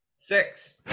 six